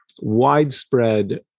widespread